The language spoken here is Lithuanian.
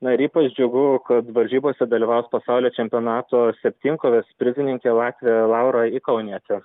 na ir ypač džiugu kad varžybose dalyvaus pasaulio čempionato septynkovės prizininkė latvė laura ikaunietė